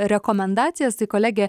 rekomendacijas tai kolegė